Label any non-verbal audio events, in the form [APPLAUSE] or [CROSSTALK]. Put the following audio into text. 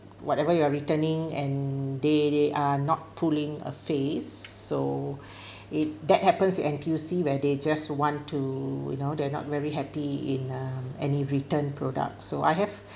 whatever you are returning and they they are not pulling a face so [BREATH] it that happens N_T_U_C where they just want to you know they're not very happy in um any return products so I have